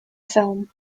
film